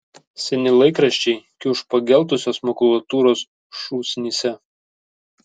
seni laikraščiai kiuš pageltusios makulatūros šūsnyse